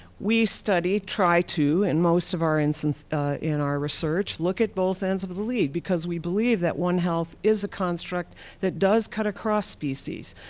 we study, try to, in most of our instance in our research, look at both ends of the lead because we believe that one health is a construct that does cut across species.